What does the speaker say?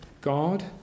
God